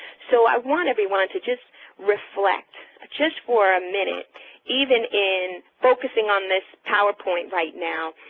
so i want everyone to just reflect just for a minute even in focusing on this power point right now,